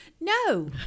No